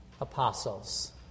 apostles